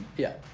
yeah,